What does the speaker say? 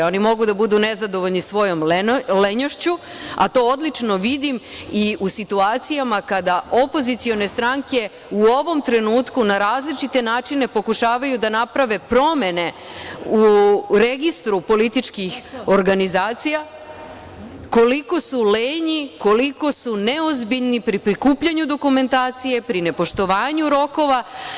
Oni mogu da budu nezadovoljni svojom lenjošću, a to odlično vidim i u situacijama kada opozicione stranke u ovom trenutku na različite načine pokušavaju da naprave promene u registru političkih organizacija, koliko su lenji, koliko su neozbiljni pri prikupljanju dokumentacije, pri nepoštovanju rokova.